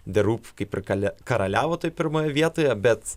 the roop kaip ir kale karaliavo toj pirmoje vietoje bet